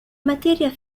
materia